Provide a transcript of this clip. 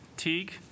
Teague